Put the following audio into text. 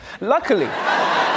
Luckily